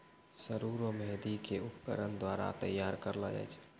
सरु रो मेंहदी के उपकरण द्वारा तैयार करलो जाय छै